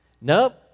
Nope